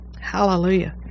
Hallelujah